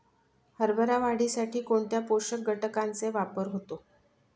हरभरा वाढीसाठी कोणत्या पोषक घटकांचे वापर होतो?